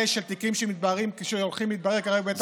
של תיקים שהולכים להתברר כרגע בבית המשפט.